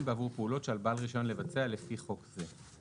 בעבור פעולות שעל בעל רישיון לבצע לפי חוק זה.